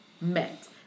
met